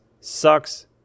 sucks